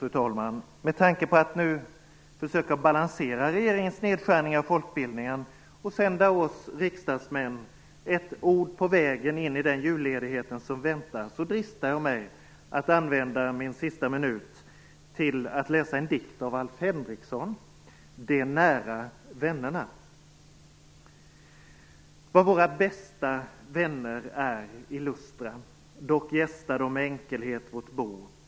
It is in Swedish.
Till sist, med tanke på att försöka balansera regeringens nedskärning av folkbildningen och sända oss riksdagsmän ett ord på vägen in i den julledighet som väntar, dristar jag mig att använda min sista minut till att läsa en dikt av Alf Henriksson, De nära vännerna. Vad våra bästa vänner är illustra! Dock gästar de med enkelhet vårt bo.